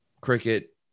cricket